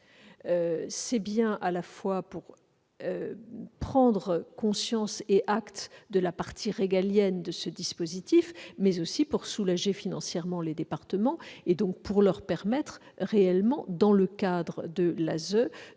c'est non seulement pour prendre acte de la partie régalienne de ce dispositif, mais aussi pour soulager financièrement les départements et donc leur permettre réellement, dans le cadre de l'ASE,